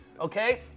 okay